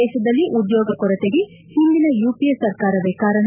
ದೇಶದಲ್ಲಿ ಉದ್ಲೋಗ ಕೊರತೆಗೆ ಹಿಂದಿನ ಯುಪಿಎ ಸರ್ಕಾರವೇ ಕಾರಣ